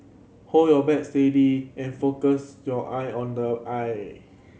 hold your bat steady and focus your eye on the eye